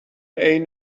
عین